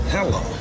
Hello